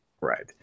Right